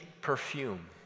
perfume